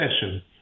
session